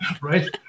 Right